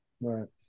Right